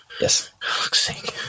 yes